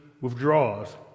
withdraws